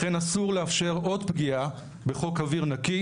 לכן אסור לאפשר עוד פגיעה בחוק אוויר נקי